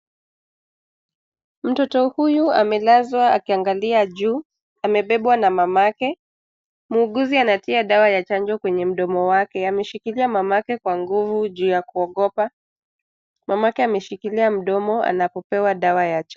Mtoto huyu amelazwa akiangalia juu, amebebwa na mamake. Muuguzi anatia dawa ya chanjo kwenye mdomo wake. Ameshikilia mamake kwa nguvu juu ya kuogopa. Mamake ameshikilia mdomo anapopewa dawa ya chanjo.